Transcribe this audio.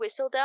Whistledown